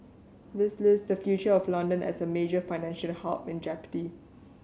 this leaves the future of London as a major financial hub in jeopardy